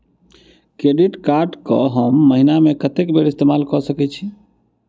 Credit card कऽ हम महीना मे कत्तेक बेर इस्तेमाल कऽ सकय छी?